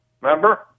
Remember